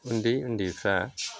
उन्दै उन्दैफ्रा